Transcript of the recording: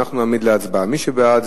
אנחנו נעמיד להצבעה: מי שבעד,